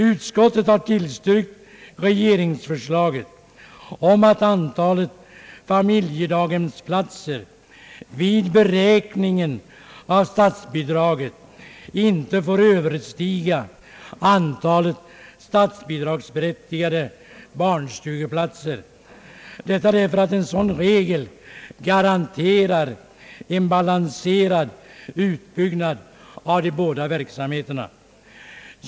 Utskottet har tillstyrkt regeringsförslaget att antalet familjedaghemsplatser vid beräkning av statsbidraget inte får överstiga antalet statsbidragsberättigade barnstugeplatser. En sådan regel garanterar nämligen en balanserad utbyggnad av de båda verksamheterna.